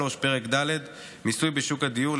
פרק ד' מיסוי בשוק הדיור,